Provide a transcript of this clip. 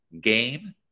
game